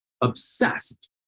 obsessed